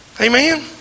Amen